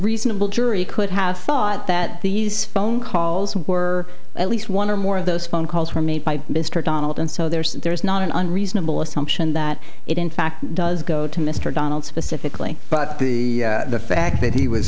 reasonable jury could have thought that these phone calls were at least one or more of those phone calls were made by mr donald and so there's that there is not an unreasonable assumption that it in fact does go to mr donald specifically but the fact that he was